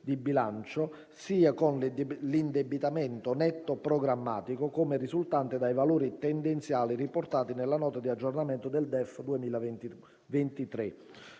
di bilancio, sia con l’indebitamento netto programmatico, come risultante dai valori tendenziali riportati nella Nota di aggiornamento del DEF 2023,